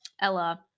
Ella